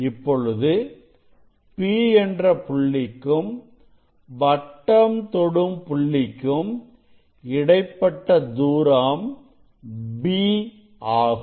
இப்பொழுது P என்ற புள்ளிக்கும் வட்டம் தொடும் புள்ளிக்கும் இடைப்பட்ட தூரம் b ஆகும்